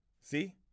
See